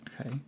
Okay